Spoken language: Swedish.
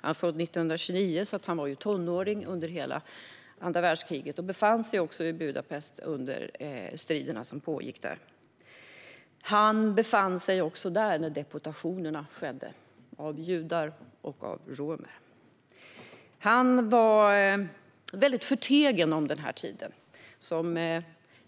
Han föddes 1929, så han var tonåring under hela andra världskriget och befann sig i Budapest under de strider som pågick där. Han befann sig också där när deportationerna av judar och romer ägde rum. Han var väldigt förtegen om den här tiden. Som